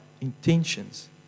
intentions